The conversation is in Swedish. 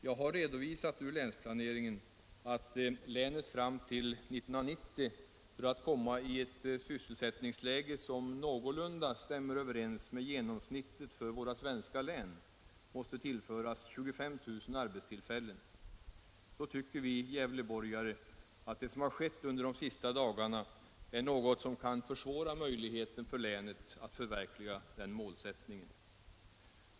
Jag har redovisat, ur länsplaneringen, att länet fram till 1990 för att komma i ett sysselsättningsläge, som någorlunda stämmer överens med genomsnittet för våra svenska län, måste tillföras 25 000 arbetstillfällen. Då tycker vi gävleborgare, att det som har skett under de senaste dagarna är något som kan försvåra möjligheten för länet att förverkliga den målsättningen.